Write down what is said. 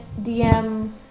dm